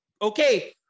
Okay